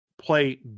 play